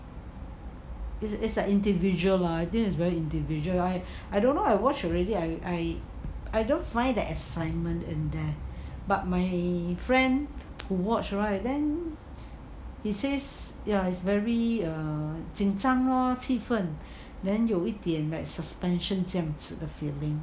it is an individual lah this is very individual I I don't know I watched already I I I don't find the excitement in there but my friend who watch right then he says ya is very err 紧张 lor 气氛 then 有一点 like suspension 这样子的 feeling